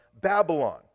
Babylon